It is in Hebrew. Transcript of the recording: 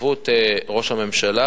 בהתערבות ראש הממשלה